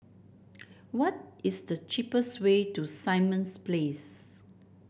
what is the cheapest way to Simon Place